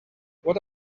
what